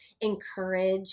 encourage